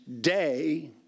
day